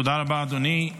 תודה רבה, אדוני.